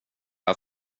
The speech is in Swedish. här